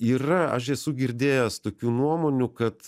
yra aš esu girdėjęs tokių nuomonių kad